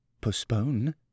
postpone